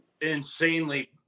insanely